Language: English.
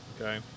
okay